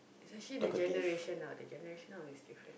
is actually the generation lah the generation now is different